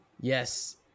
yes